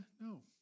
No